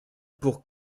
pour